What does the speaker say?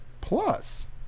Plus